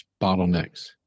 bottlenecks